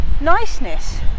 niceness